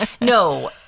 No